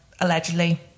allegedly